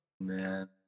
Man